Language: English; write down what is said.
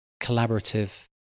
collaborative